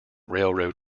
railroad